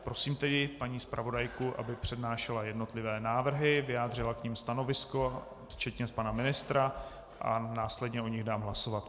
Prosím tedy paní zpravodajku, aby přednášela jednotlivé návrhy, vyjádřila k nim stanovisko, včetně pana ministra, a následně o nich dám hlasovat.